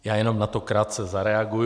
Já jenom na to krátce zareaguji.